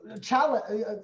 challenge